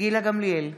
גילה גמליאל,